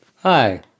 Hi